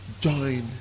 join